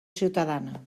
ciutadana